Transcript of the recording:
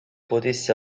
potesse